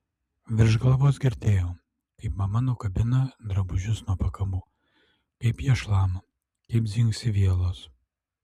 virš galvos girdėjau kaip mama nukabina drabužius nuo pakabų kaip jie šlama kaip dzingsi vielos